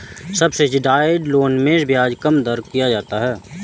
subsidised loan में ब्याज दर कम किया जाता है